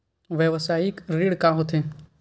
व्यवसायिक ऋण का होथे?